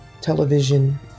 television